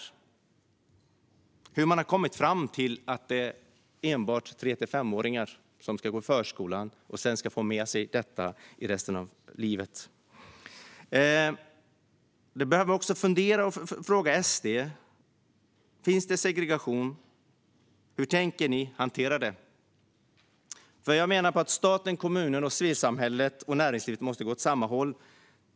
Hur har Sverigedemokraterna kommit fram till att det enbart är tre till femåringar som ska gå i förskola och sedan få med sig detta i resten av livet? Man behöver också fråga SD om segregation finns. Hur tänker de hantera den? Staten, kommunen, civilsamhället och näringslivet måste gå åt samma håll.